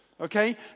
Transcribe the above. Okay